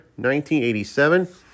1987